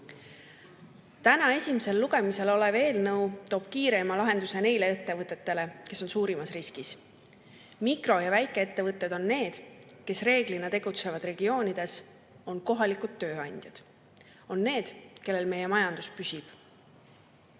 Täna esimesel lugemisel olev eelnõu toob kiirema lahenduse neile ettevõtetele, kes on suurimas riskis. Mikro‑ ja väikeettevõtted on need, kes reeglina tegutsevad regioonides ja on kohalikud tööandjad. Nemad on need, kellel meie majandus püsib.